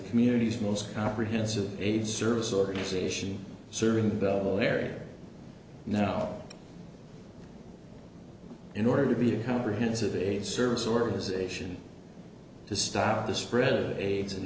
community's most comprehensive aids service organization serving the area now in order to be a comprehensive a service organization to stop the spread of aids and